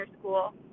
school